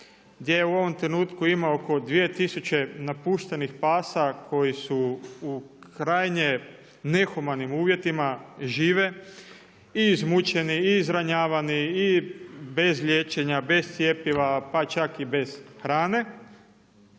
gdje u ovom trenutku ima oko 2 tisuće napuštenih pasa koji su u krajnje nehumanim uvjetima žive, i izmučeni i izranjavani i bez liječenja, bez cjepiva, pa čak i bez hrane,